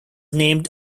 named